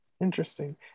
Interesting